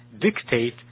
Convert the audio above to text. dictate